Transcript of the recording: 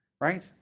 right